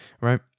right